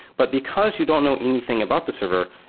but because you don't know anything about the server,